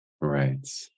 Right